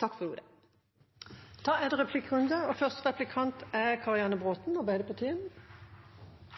Det blir replikkordskifte. Det er stor enighet om at CO 2 -avgiften er